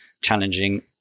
challenging